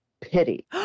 pity